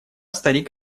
старик